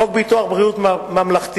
בחוק ביטוח בריאות ממלכתי,